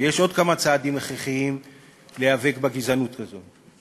ויש עוד כמה צעדים הכרחיים כדי להיאבק בגזענות הזאת,